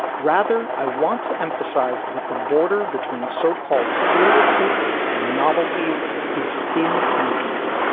rather, i want to emphasize that the border between so-called serious hits and novelties is thin indeed.